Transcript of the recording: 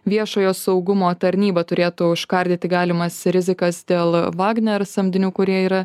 viešojo saugumo tarnyba turėtų užkardyti galimas rizikas dėl vagner samdinių kurie yra